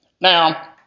Now